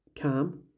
calm